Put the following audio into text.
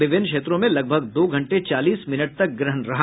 विभिन्न क्षेत्रों में लगभग दो घंटे चालीस मिनट तक ग्रहण रहा